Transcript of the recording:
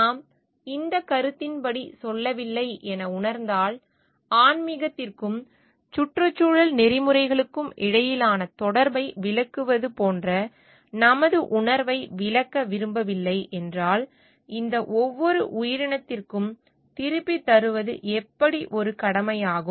நாம் இந்தக் கருத்தின்படி செல்லவில்லை என உணர்ந்தால் ஆன்மீகத்திற்கும் சுற்றுச்சூழல் நெறிமுறைகளுக்கும் இடையிலான தொடர்பை விளக்குவது போன்ற நமது உணர்வை விளக்க விரும்பவில்லை என்றால் இந்த ஒவ்வொரு உயிரினத்திற்கும் திருப்பித் தருவது எப்படி ஒரு கடமையாகும்